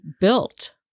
built